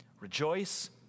Rejoice